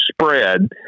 spread